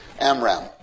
Amram